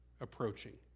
Approaching